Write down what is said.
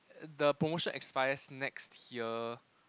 the promotion expires next year